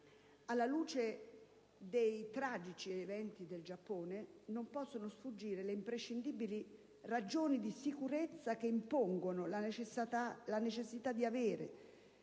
alla luce dei tragici eventi del Giappone, non possono sfuggire le imprescindibili ragioni di sicurezza che impongono la necessità di avere,